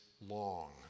long